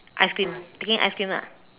ice cream taking ice cream lah